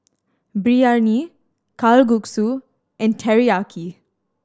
Biryani Kalguksu and Teriyaki